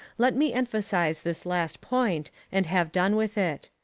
let me emphasise this last point and have done with it.